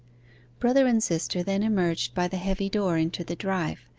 brother and sister then emerged by the heavy door into the drive.